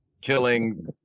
killing